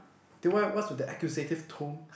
then what what's with that accusative tone